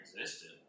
existed